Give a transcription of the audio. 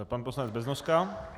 Pan poslanec Beznoska.